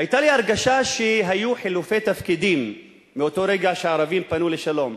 היתה לי הרגשה שהיו חילופי תפקידים מאותו רגע שהערבים פנו לשלום: